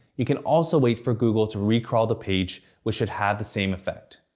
you can also wait for google to recrawl the page which should have the same effect.